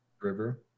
river